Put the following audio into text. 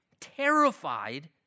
terrified